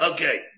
Okay